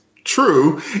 True